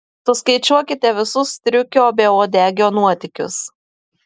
suskaičiuokite visus striukio beuodegio nuotykius